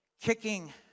kicking